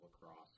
lacrosse